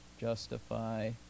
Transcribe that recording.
justify